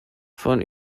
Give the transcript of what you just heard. von